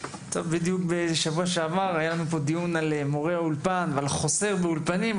בדיוק בשבוע שעבר היה לנו כאן דיון על מורי אולפן ועל חוסר באולפנים.